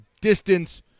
distance